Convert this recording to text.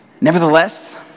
Nevertheless